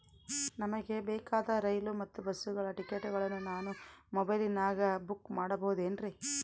ನಮಗೆ ಬೇಕಾದ ರೈಲು ಮತ್ತ ಬಸ್ಸುಗಳ ಟಿಕೆಟುಗಳನ್ನ ನಾನು ಮೊಬೈಲಿನಾಗ ಬುಕ್ ಮಾಡಬಹುದೇನ್ರಿ?